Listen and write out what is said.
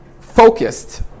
focused